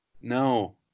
No